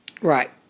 Right